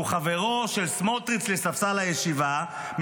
שהוא חברו של סמוטריץ' לספסל הישיבה,